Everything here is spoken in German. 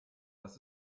das